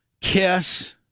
Kiss